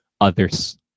others